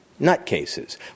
nutcases